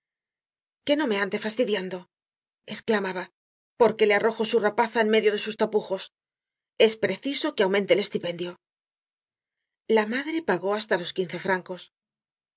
que no me ande fastidiando esclamaba porque le arrojo su rapaza en medio de sus tapujos es preciso que aumente el esti pendio la madre pagó hasta los quince francos